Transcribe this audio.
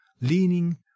leaning